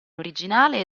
originale